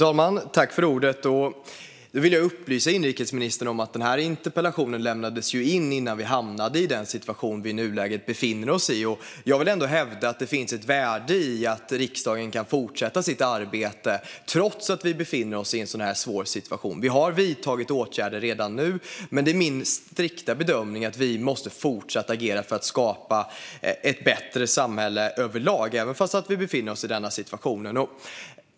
Fru talman! Jag vill upplysa inrikesministern om att interpellationen lämnades in innan vi hamnade i den situation som vi nu befinner oss i. Jag vill hävda att det ändå finns ett värde i att riksdagen kan fortsätta sitt arbete, trots att vi befinner oss i en så här svår situation. Vi har redan nu vidtagit åtgärder. Men min strikta bedömning är att vi måste fortsätta agera för att skapa ett bättre samhälle överlag, även om vi befinner oss i den här situationen.